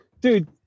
dude